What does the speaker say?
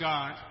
God